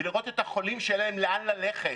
ולראות את החולים שאין להם לאן ללכת,